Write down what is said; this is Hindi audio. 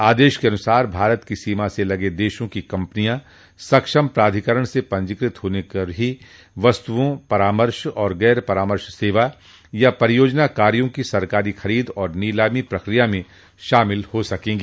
आदेश के अनुसार भारत की सीमा से लगे देशों की कंपनियां सक्षम प्राधिकरण से पंजीकृत होने पर ही वस्तुओं परामर्श और गैर परामर्श सेवा या परियोजना कार्यों की सरकारी खरीद और नीलामी प्रक्रिया में शामिल हो सकेंगी